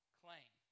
claim